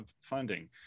funding